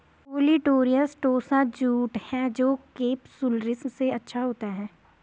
olitorius tossa jute है जो capsularis से अच्छा होता है